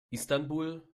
istanbul